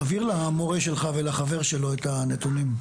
תעביר למורה שלך ולחבר שלו את הנתונים.